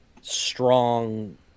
strong